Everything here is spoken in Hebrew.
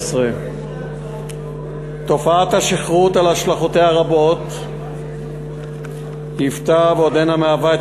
התשע"ג 2013. תופעת השכרות על השלכותיה הרבות היוותה ועודנה מהווה את